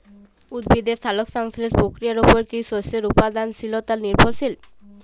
উদ্ভিদের সালোক সংশ্লেষ প্রক্রিয়ার উপর কী শস্যের উৎপাদনশীলতা নির্ভরশীল?